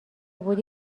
بودی